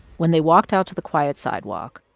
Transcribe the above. when they walked out to the quiet sidewalk,